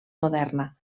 moderna